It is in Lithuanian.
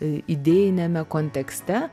idėjiniame kontekste